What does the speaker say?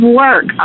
work